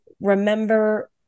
remember